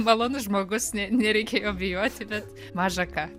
malonus žmogus ne nereikia jo bijoti bet maža ką